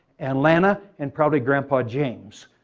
atlanta, and probably grandpa james.